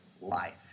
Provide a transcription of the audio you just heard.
life